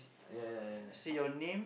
ya ya ya